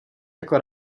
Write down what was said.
jako